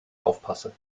aufpasse